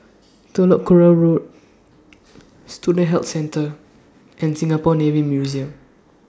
Telok Kurau Road Student Health Centre and Singapore Navy Museum